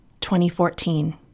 2014